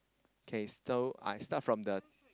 K so I start from the